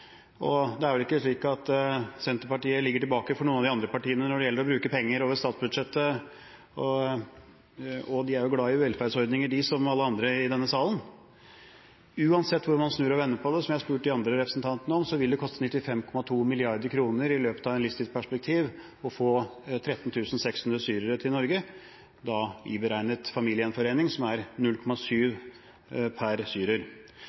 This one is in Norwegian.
Og det er vel ikke slik at Senterpartiet ligger tilbake for noen av de andre partiene når det gjelder å bruke penger over statsbudsjettet. De er glade i velferdsordninger, de som alle andre i denne salen. Uansett hvordan man snur og vender på det – som jeg har spurt de andre representantene om også – vil det koste 95,2 mrd. kr i løpet av et livstidsperspektiv å få 13 600 syrere til Norge, da iberegnet familiegjenforening, som er 0,7 per